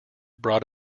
brought